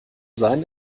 sein